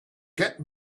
get